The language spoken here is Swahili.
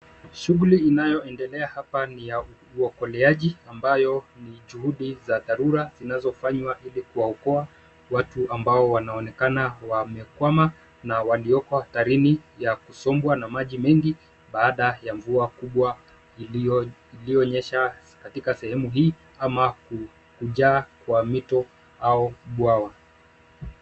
Shughuli inayoendelea hapa ni ya uokoleaji ambayo ni juhudi za dharura zinazofanywa ilikuwaokoa watu ambao wanaonekana wamekwama na walioko hatarini ya kusombwa na maji mengi, baada ya mvua kubwa iliyonyesha katika sehemu hii ama kujaa kwa mito au bwawa.